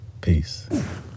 Peace